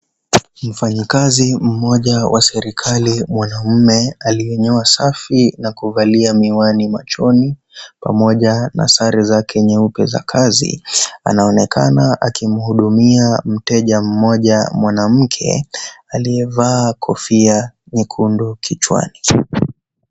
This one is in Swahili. Mfanyikazi mmoja wa serikali mwanaume aliyenyoa safi na kuvalia miwani machoni pamoja na sare zake nyeupe za kazi anaonekana akimhudumia mteja mmoja mwanamke aliyevaa kofia nyekundu kichwani.